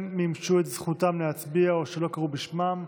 מימשו את זכותם להצביע או שלא קראו בשמם,